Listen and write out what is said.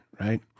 Right